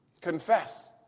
confess